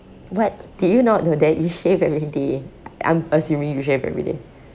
what did you not know that you shave everyday I'm assuming you shave everyday